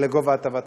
להטבת המס.